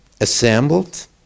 assembled